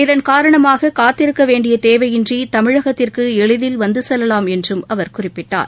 இதன் காரணமாக காத்திருக்க வேண்டிய தேவையின்றி தமிழகத்திற்கு எளிதில் வந்து செல்லாம் என்றும் அவர் குறிப்பிட்டார்